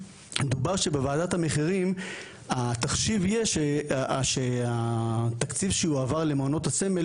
מדובר שבוועדת המחירים התחשיב יהיה שהתקציב שיועבר למעונות הסמל,